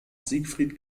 siegfried